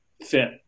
fit